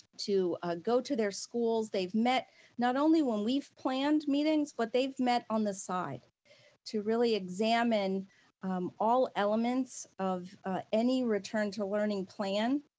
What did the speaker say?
to ah go to their schools. they've met not only when we've planned meetings, but they've met on the side to really examine all elements of any return to learning plan,